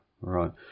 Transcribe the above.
Right